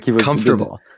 Comfortable